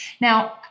Now